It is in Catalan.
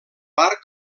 arc